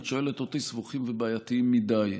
את שואלת אותי, סבוכים ובעייתיים מדיי.